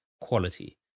quality